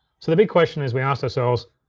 so the big question is we asked ourselves,